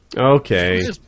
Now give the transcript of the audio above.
Okay